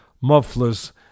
mufflers